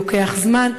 לוקח זמן,